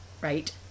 right